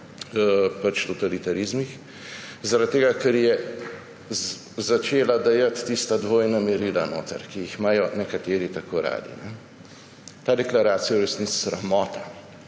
o totalitarizmih, zaradi tega ker je začela dajati tista dvojna merila noter, ki jih imajo nekateri tako radi. Ta deklaracija je v resnici sramota.